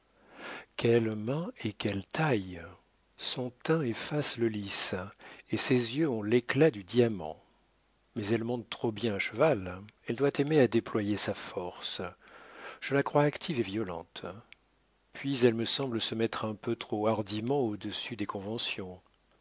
quelle main et quelle taille son teint efface le lys et ses yeux ont l'éclat du diamant mais elle monte trop bien à cheval elle doit aimer à déployer sa force je la crois active et violente puis elle me semble se mettre un peu trop hardiment au-dessus des conventions